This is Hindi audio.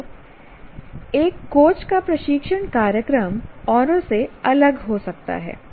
तो एक कोच का प्रशिक्षण कार्यक्रम औरों से अलग हो सकता है